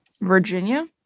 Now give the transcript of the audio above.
Virginia